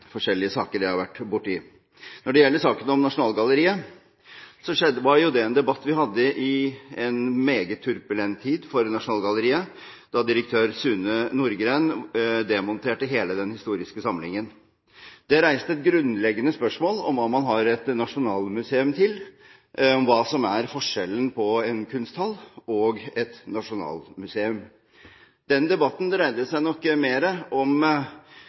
forskjellige saker jeg har vært borte i. Når det gjelder saken om Nasjonalgalleriet, var det en debatt vi hadde i en meget turbulent tid for Nasjonalgalleriet, da direktør Sune Nordgren demonterte hele den historiske samlingen. Det reiste et grunnleggende spørsmål om hva man har et nasjonalmuseum til – om hva som er forskjellen på en kunsthall og et nasjonalmuseum. Den debatten dreide seg nok mer om